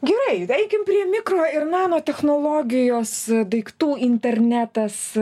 gerai eikim prie mikro ir nano technologijos daiktų internetas